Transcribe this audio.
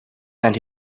and